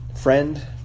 friend